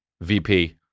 VP